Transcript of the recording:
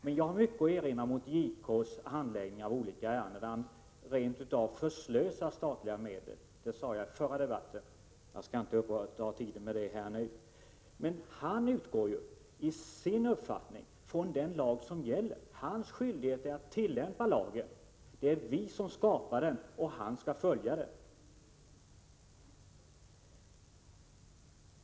Men jag har mycket att erinra mot JK:s handläggning av olika ärenden, när han rent av förslösar statliga medel. Det sade jag i förra debatten, och jag skall inte uppta tiden med det nu. JK utgår ju i sin uppfattning från den lag som gäller. Hans skyldighet är att tillämpa lagen. Det är vi som skapar den och han skall följa den.